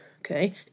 Okay